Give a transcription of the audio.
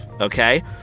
okay